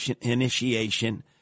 initiation